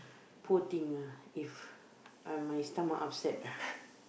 poor thing ah if uh my stomach upset ah